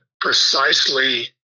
precisely